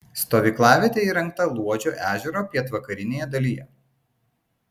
stovyklavietė įrengta luodžio ežero pietvakarinėje dalyje